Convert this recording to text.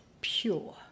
pure